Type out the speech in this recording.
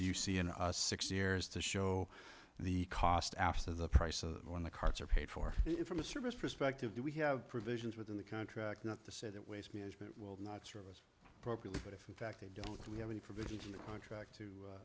you see in six years to show the cost after the price of when the carts are paid for it from a service perspective do we have provisions within the contract not to say that waste management will not service properly but if in fact they don't we have any provisions in the contract to a